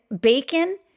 bacon